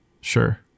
Sure